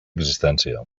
existència